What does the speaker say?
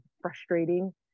frustrating